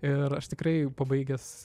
ir aš tikrai pabaigęs